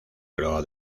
club